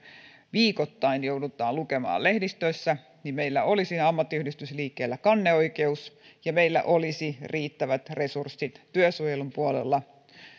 viikoittain joudutaan lukemaan lehdistöstä että meillä olisi ammattiyhdistysliikkeellä kanneoikeus ja meillä olisi riittävät resurssit työsuojelun puolella